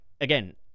again